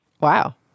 Wow